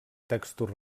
textos